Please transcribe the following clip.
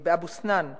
באבו-סנאן,